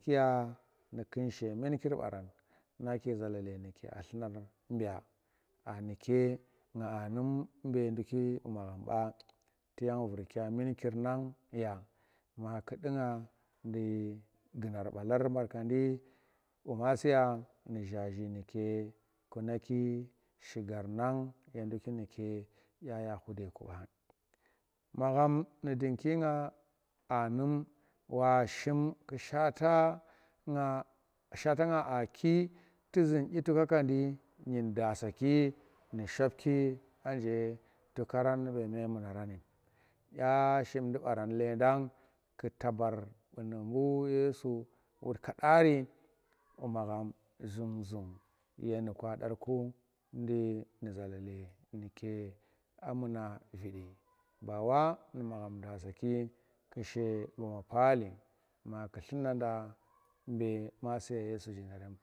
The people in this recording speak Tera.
Kiya nu kunshe munkir baran nu zalele nuke a dlunar bu aa nuke nga anum ba be ndukki bu magham ba tu yang vur kya munkir nang ya ma ku duna nu gunar balar barkandi bu masiya nu zhaaji nuke kunaki shigar nang ye ndukki nuke kya yakude ku ba magham nu dunki naa anum washi ku shat swata nga aaki tu zum dyi tukaka di kyin dasaki ye ndukki nu shopki anje haran nu ve memunarani yang aa shimdi baran leedan tabar bunu bu yesu wut kadari bu magham zum zum yenu kwadarku nu zalale nuke a muna vudu aa nu magham dasaki kushi guma pali ma ku dluna da be masiya yesu zhinerem.